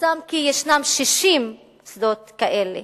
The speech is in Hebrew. פורסם כי יש 60 שדות כאלה.